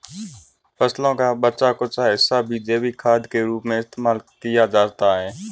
फसलों का बचा कूचा हिस्सा भी जैविक खाद के रूप में इस्तेमाल किया जाता है